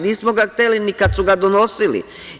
Nismo ga hteli ni kad su ga donosili.